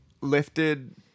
lifted